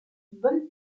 bon